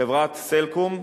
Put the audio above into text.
חברת "סלקום",